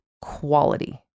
quality